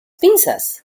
pinzas